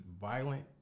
violent